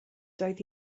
doedd